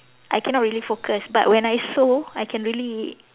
I cannot really focus but when I sew I can really